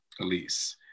Elise